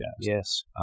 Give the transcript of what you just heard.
Yes